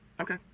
Okay